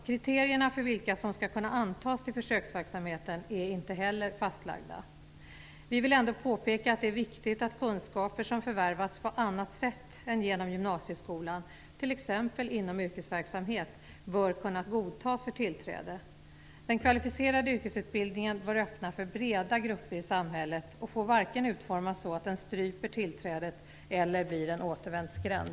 Kriterierna för vilka som skall kunna antas till försöksverksamheten är inte heller fastlagda. Vi vill ändå påpeka att det är viktigt att kunskaper som förvärvats på annat sätt än genom gymnasieskolan, t.ex. inom yrkesverksamhet, bör kunna godtas för tillträde. Den kvalificerade yrkesutbildningen bör öppna för breda grupper i samhället, och får varken utformas så att den stryper tillträdet eller blir en återvändsgränd.